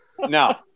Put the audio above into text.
now